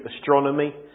astronomy